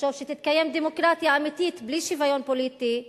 לחשוב שתתקיים דמוקרטיה אמיתית בלי שוויון פוליטי,